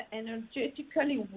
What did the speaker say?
energetically